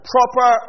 Proper